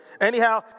anyhow